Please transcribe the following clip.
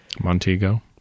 Montego